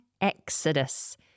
exodus